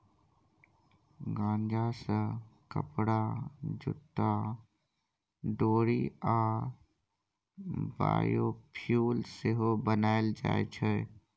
गांजा सँ कपरा, जुत्ता, डोरि आ बायोफ्युल सेहो बनाएल जाइ छै